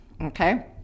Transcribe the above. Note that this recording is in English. okay